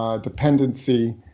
Dependency